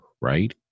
right